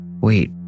Wait